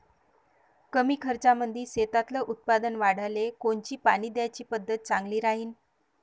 कमी खर्चामंदी शेतातलं उत्पादन वाढाले कोनची पानी द्याची पद्धत चांगली राहीन?